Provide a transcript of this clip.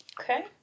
Okay